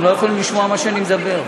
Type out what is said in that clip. הם לא יכולים לשמוע מה שאני מדבר.